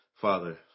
Father